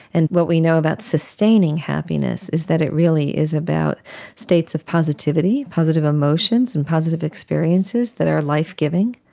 and what we know about sustaining happiness is that it really is about states of positivity, positive emotions and positive experiences that are life-giving,